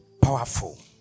powerful